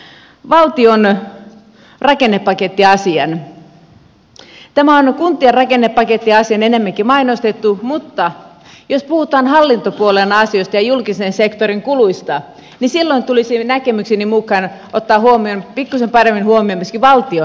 tätä on enemmänkin kuntien rakennepakettiasiana mainostettu mutta jos puhutaan hallintopuolen asioista ja julkisen sektorin kuluista niin silloin tulisi näkemykseni mukaan ottaa huomioon pikkuisen paremmin myöskin valtion asiat